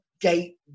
gate